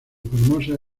formosa